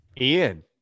Ian